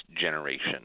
generation